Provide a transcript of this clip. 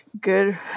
good